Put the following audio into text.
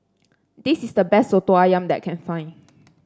this is the best Soto ayam that I can find